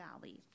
Valley